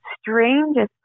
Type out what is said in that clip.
strangest